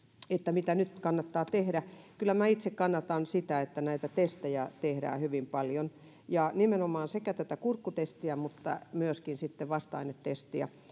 mitä nyt kannattaa tehdä kyllä minä itse kannatan sitä että testejä tehdään hyvin paljon ja nimenomaan sekä tätä kurkkutestiä että myöskin sitten vasta ainetestiä